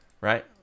right